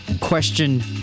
question